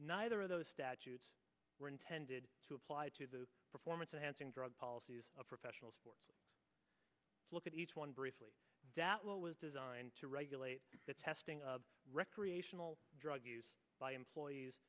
neither of those statutes were intended to apply to the performance enhancing drug policies of professional sports look at each one briefly it was designed to regulate the testing of recreational drug use by employees